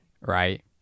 right